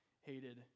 hated